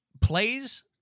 plays